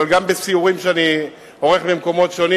אבל גם בסיורים שאני עורך במקומות שונים,